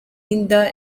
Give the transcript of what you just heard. inda